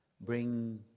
Bring